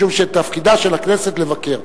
משום שתפקידה של הכנסת לבקר.